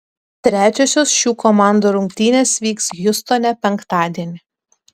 trečiosios šių komandų rungtynės vyks hjustone penktadienį